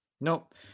Nope